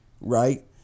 right